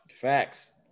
Facts